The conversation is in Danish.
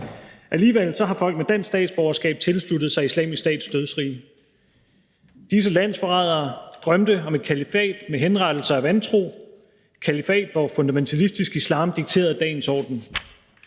Alligevel har folk med dansk statsborgerskab tilsluttet sig Islamisk Stats dødsrige. Disse landsforrædere drømte om et kalifat med henrettelser af vantro – et kalifat, hvor fundamentalistisk islam dikterede dagens orden.